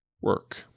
work